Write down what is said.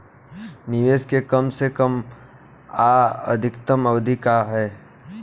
निवेश के कम से कम आ अधिकतम अवधि का है?